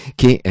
che